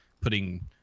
putting